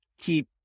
keep